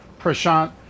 Prashant